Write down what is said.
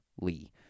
Lee